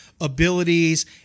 abilities